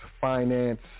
finance